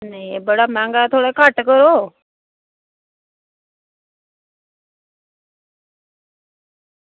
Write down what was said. नेईं बड़ा मैहंगा थोह्ड़ा घट्ट करो